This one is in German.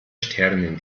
sternen